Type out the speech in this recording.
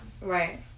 Right